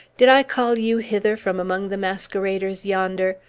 did i call you hither from among the masqueraders yonder?